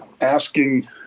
asking